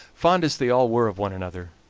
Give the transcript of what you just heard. fond as they all were of one another,